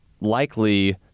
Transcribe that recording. likely